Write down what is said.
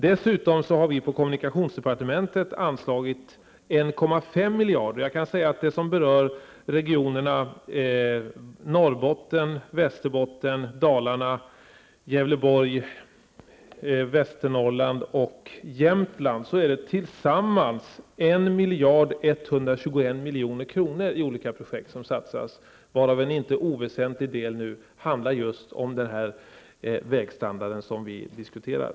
Dessutom har vi på kommunikationsdepartementet anslagit ytterligare 1,5 miljarder. Det som berör regionerna 1 125 000 000 kr. för olika projekt. En inte oväsentlig del beror just på den vägstandard vi nu diskuterar.